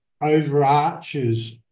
overarches